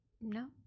No